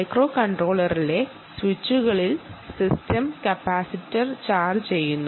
മൈക്രോകൺട്രോളറിലെ സ്വിച്ചുകളിലൂടെ system capacitor charge ചെയ്യുന്നു